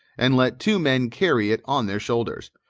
and let two men carry it on their shoulders,